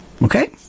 Okay